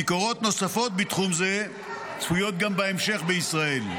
ביקורות נוספות בתחום זה צפויות גם בהמשך בישראל,